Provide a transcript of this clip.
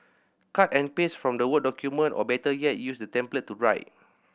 cut and paste from the word document or better yet use the template to write